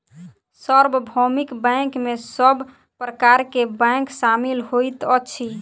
सार्वभौमिक बैंक में सब प्रकार के बैंक शामिल होइत अछि